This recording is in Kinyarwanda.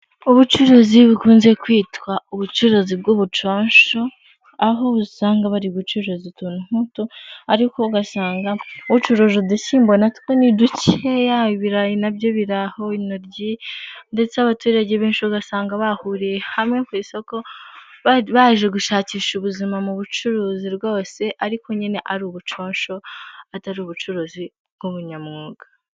Ubucuruzi bukunze kwitwa ubucuruzi bw'ubuconco aho usanga bari gucuruza utuntu nk’utu ariko ugasanga ucuruje udushyimbo na two ni dukeya ibirayi nabyo biraho ,intoryi ,ndetse abaturage benshi ugasanga bahuriye hamwe ku isoko baje gushakisha ubuzima mu bucuruzi bwose ariko nyine ari ubuconco atari ubucuruzi bw'ubunyamwuga.